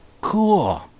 cool